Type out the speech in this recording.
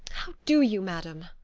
how do you, madam?